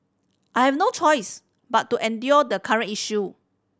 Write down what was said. I have no choice but to endure the current issue